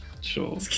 Sure